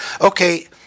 okay